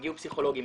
הגיעו פסיכולוגים,